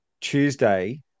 Tuesday